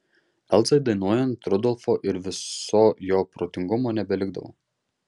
elzai dainuojant rudolfo ir viso jo protingumo nebelikdavo